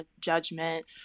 judgment